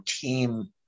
team